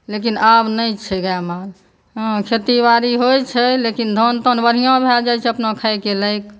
लेकिन आब नहि छै गाय माल हँ खेती बाड़ी होइ छै लेकिन धान तान बढ़िऑं भऽ जाइ छै अपना खाएके लायक